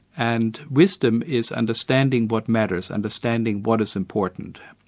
and wisdom is understanding what matters, understanding what is important.